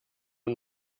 und